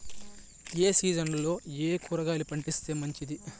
ఏ సీజన్లలో ఏయే కూరగాయలు పండిస్తే మంచిది